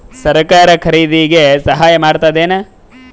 ಸರಕಾರ ಖರೀದಿಗೆ ಸಹಾಯ ಮಾಡ್ತದೇನು?